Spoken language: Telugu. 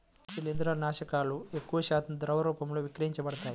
శిలీంద్రనాశకాలు ఎక్కువశాతం ద్రవ రూపంలోనే విక్రయించబడతాయి